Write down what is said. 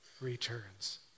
returns